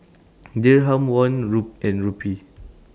Dirham Won and Rupee